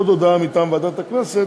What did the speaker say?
עוד הודעה מטעם ועדת הכנסת,